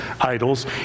idols